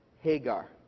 Hagar